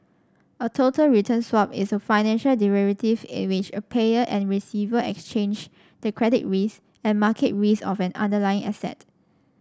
a total return swap is a financial derivative in which a payer and receiver exchange the credit risk and market risk of an underlying asset